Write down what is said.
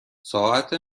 ساعت